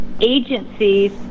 agencies